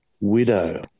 widow